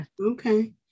Okay